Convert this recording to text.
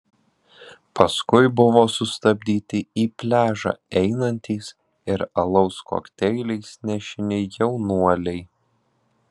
paskui buvo sustabdyti į pliažą einantys ir alaus kokteiliais nešini jaunuoliai